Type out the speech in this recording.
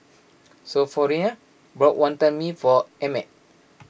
Sophronia bought Wantan Mee for Emmet